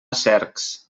cercs